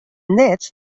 net